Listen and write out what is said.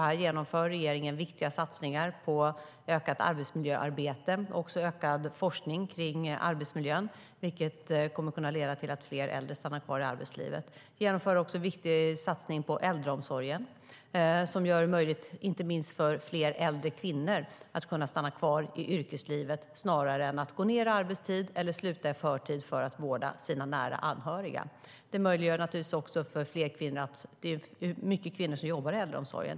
Här genomför regeringen viktiga satsningar på ökat arbetsmiljöarbete och också ökad forskning kring arbetsmiljön, vilket kommer att leda till att fler äldre stannar kvar i arbetslivet. Vi genomför också en viktig satsning på äldreomsorgen som gör det möjligt inte minst för fler äldre kvinnor att stanna kvar i yrkeslivet snarare än att gå ned i arbetstid eller sluta i förtid för att vårda sina nära anhöriga. Det är också många kvinnor som jobbar i äldreomsorgen.